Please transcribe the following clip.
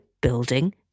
building